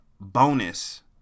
bonus